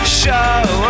show